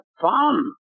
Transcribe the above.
fun